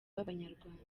b’abanyarwanda